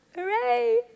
Hooray